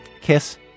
KISS